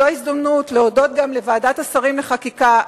זו ההזדמנות להודות גם לוועדת השרים לחקיקה,